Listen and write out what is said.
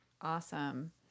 Awesome